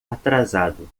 atrasado